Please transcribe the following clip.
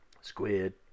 Squid